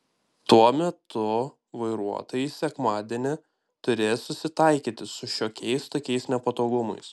tuo metu vairuotojai sekmadienį turės susitaikyti su šiokiais tokiais nepatogumais